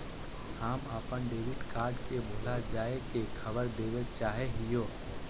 हम अप्पन debit card के भुला जाये के खबर देवे चाहे हियो